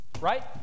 right